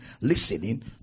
listening